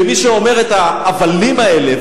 ומי שאומר את ההבלים האלה,